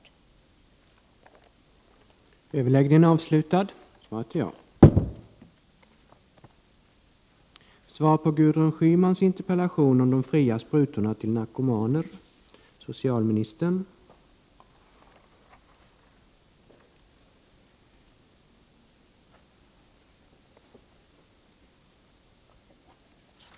Om de fria sprutorna